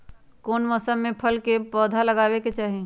कौन मौसम में फल के पौधा लगाबे के चाहि?